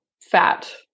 fat